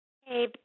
Hey